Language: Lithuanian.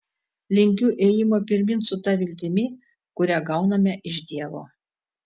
linkiu ėjimo pirmyn su ta viltimi kurią gauname iš dievo